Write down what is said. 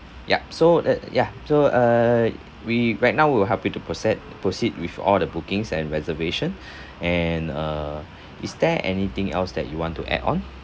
ya so that uh yeah so uh we right now we'll help you to proce~ proceed with all the bookings and reservation and uh is there anything else that you want to add on